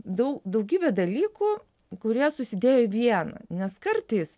daug daugybė dalykų kurie susidėjo į vieną nes kartais